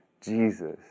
Jesus